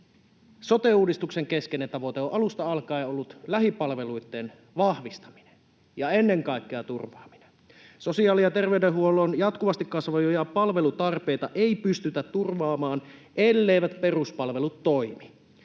Sote-uudistuksen keskeinen tavoite on alusta alkaen ollut lähipalveluitten vahvistaminen ja ennen kaikkea turvaaminen. Sosiaali‑ ja terveydenhuollon jatkuvasti kasvavia palvelutarpeita ei pystytä turvaamaan, elleivät peruspalvelut toimi.